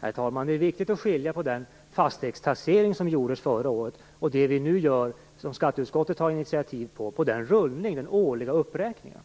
Herr talman! Det är viktigt att skilja på den fastighetstaxering som genomfördes förra året och det som vi nu gör på skatteutskottets initiativ när det gäller den årliga uppräkningen.